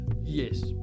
yes